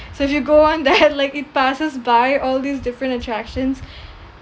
so if you go on that like it passes by all these different attractions